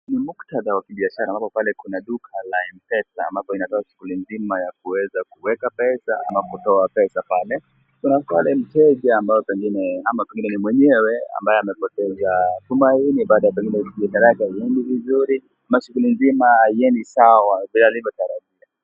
Ni muktadha wa kibiashara ambapo pale kuna duka la mpesa ambapo inatoa shughuli nzima ya kuweza kuweka pesa ama kutoa pesa pale. Kuna pale mteja ambaye pengineama pengine ni mwenyewe ambaye amepoteza tumaini baada ya pengine biashara haiendi vizuri ama shughuli nzima haiendi sawa kama alivyotarajia.